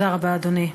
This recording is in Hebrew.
תודה רבה, אדוני.